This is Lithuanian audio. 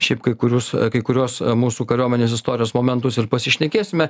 šiaip kai kurius kai kuriuos mūsų kariuomenės istorijos momentus ir pasišnekėsime